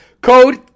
code